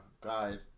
guide